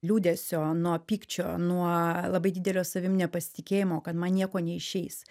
liūdesio nuo pykčio nuo labai didelio savim nepasitikėjimo kad man nieko neišeis